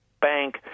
Bank